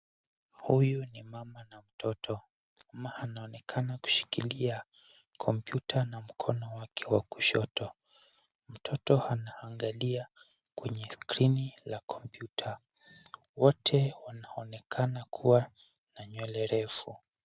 Huyu ni mama na mtoto. Mama anaonekana kushikilia, kompyuta na mkono wake wa kushoto. Mtoto anaangalia kwenye skrini la kompyuta. Wote wanaonekana kuwa, na nywele refu.